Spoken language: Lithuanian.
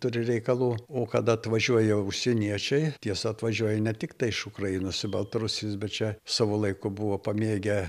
turi reikalų o kada atvažiuoja užsieniečiai tiesa atvažiuoja ne tiktai iš ukrainos baltarusijos bet čia savo laiku buvo pamėgę